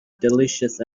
delicious